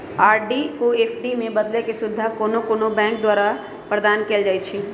RD को FD में बदलेके सुविधा कोनो कोनो बैंके द्वारा प्रदान कएल जाइ छइ